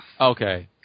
Okay